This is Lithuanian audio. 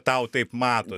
tau taip mato